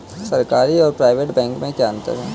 सरकारी और private bank में क्या अंतर है?